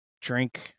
drink